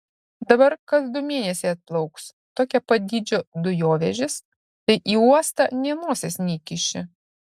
dabar kas du mėnesiai atplauks tokio pat dydžio dujovežis tai į uostą nė nosies neįkiši